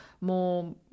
more